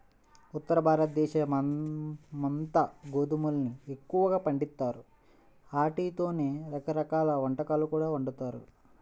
ఉత్తరభారతదేశమంతా గోధుమల్ని ఎక్కువగా పండిత్తారు, ఆటితోనే రకరకాల వంటకాలు కూడా వండుతారు